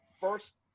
first